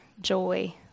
joy